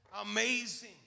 amazing